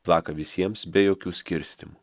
plaka visiems be jokių skirstymų